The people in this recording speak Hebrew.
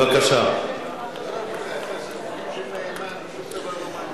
אני מתכבד להביא בפניכם הצעת חוק סדר הדין הפלילי (תיקון מס'